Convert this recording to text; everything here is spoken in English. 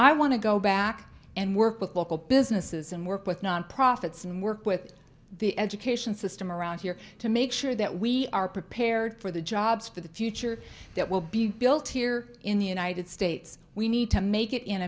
i want to go back and work with local businesses and work with nonprofits and work with the education system around here to make sure that we are prepared for the jobs for the future that will be built here in the united states we need to make it in